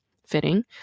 fitting